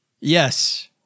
Yes